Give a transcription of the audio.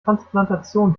transplantation